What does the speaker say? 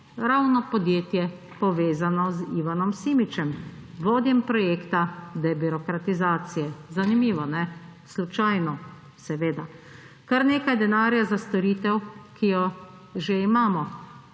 Ravno podjetje, povezano z Ivanom Simičem, vodjem projekta debirokratizacije. Zanimivo, ne? Slučajno? Seveda. Kar nekaj denarja za storitev, ki jo že imamo.